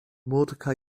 mordechai